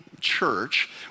church